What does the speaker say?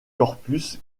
corpus